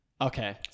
Okay